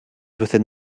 within